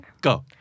Go